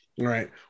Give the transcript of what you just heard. Right